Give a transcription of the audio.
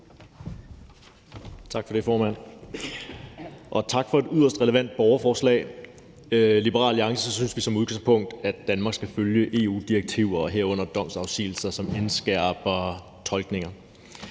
Tak, for det, formand. Og tak for et yderst relevant borgerforslag. I Liberal Alliance synes vi som udgangspunkt, at Danmark skal følge EU-direktiver og herunder domsafsigelser, som indskærper tolkninger.